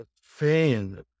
fan